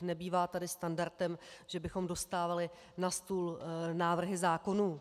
Nebývá tady standardem, že bychom dostávali na stůl návrhy zákonů.